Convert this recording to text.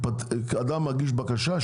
אדם מגיש בקשה,